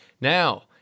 Now